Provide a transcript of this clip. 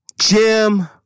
Jim